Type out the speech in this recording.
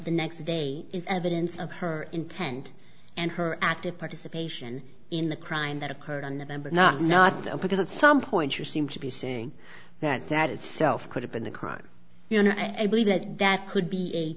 the next day is evidence of her intent and her active participation in the crime that occurred on november not not though because at some point you seem to be saying that that itself could have been a crime you know i believe that that could be a